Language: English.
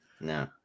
No